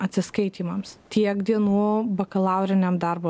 atsiskaitymams tiek dienų bakalauriniam darbo